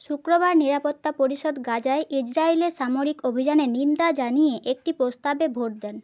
শুক্রবার নিরাপত্তা পরিষদ গাজায় ইজরায়েলের সামরিক অভিযানের নিন্দা জানিয়ে একটি প্রস্তাবে ভোট দেন